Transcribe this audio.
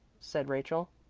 said rachel.